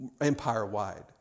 empire-wide